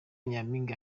nyampinga